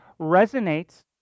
resonates